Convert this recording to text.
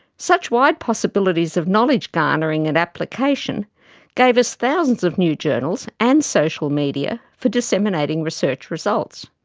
such wide possibilities of knowledge garnering and application gave us thousands of new journals, and social media, for disseminating research results.